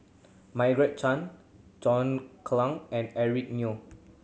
Margaret Chan John Clang and Eric Neo